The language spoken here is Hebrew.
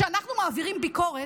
כשאנחנו מעבירים ביקורת,